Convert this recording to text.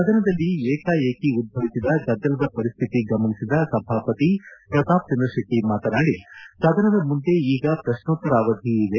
ಸದನದಲ್ಲಿ ಏಕಾಏಕಿ ಉದ್ಭವಿಸಿದ ಗದ್ದಲದ ಪರಿಸ್ಥಿತಿ ಗಮನಿಸಿದ ಸಭಾಪತಿ ಪ್ರತಾಪಚಂದ್ರ ಶೆಟ್ಟ ಮಾತನಾಡಿ ಸದನದ ಮುಂದೆ ಈಗ ಪ್ರಶ್ನೋತ್ತರ ಅವಧಿ ಇದೆ